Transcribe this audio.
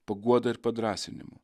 paguoda ir padrąsinimu